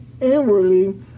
inwardly